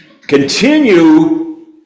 Continue